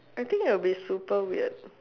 I think that will be super weird